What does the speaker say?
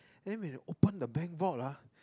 then when open the bank vault lah